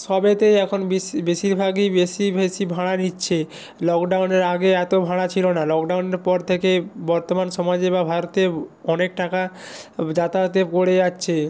সবেতেই এখন বেশিরভাগই বেশি বেশি ভাড়া নিচ্ছে লকডাউনের আগে এত ভাড়া ছিল না লকডাউনের পর থেকে বর্তমান সমাজে বা ভারতে অনেক টাকা যাতায়াতে পড়ে যাচ্ছে